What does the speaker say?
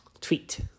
tweet